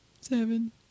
Seven